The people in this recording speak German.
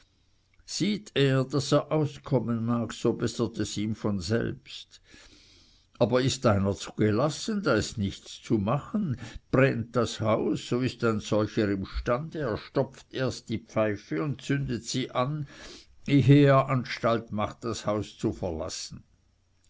sieht er daß er auskommen mag so bessert es ihm von selbst aber ist einer zu gelassen da ists nicht zu machen brennt das haus so ist ein solcher imstande er stopft erst die pfeife und zündet sie an ehe er anstalt macht das haus zu verlassen